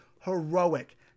heroic